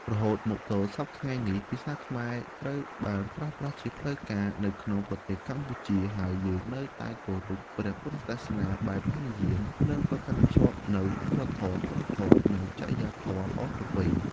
រហូតមកទល់សព្វថ្ងៃនេះ ភាសាខ្មែរត្រូវបានប្រើប្រាស់ជាផ្លូវការនៅក្នុងប្រទេសកម្ពុជា ហើយយើងនៅតែគោរពព្រះពុទ្ធសាសនាបែបហីនយាន និងប្រកាន់ខ្ជាប់នូវសីលធម៌ គុណធម៌ និងចរិយាធម៌ល្អប្រពៃ។